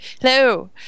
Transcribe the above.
hello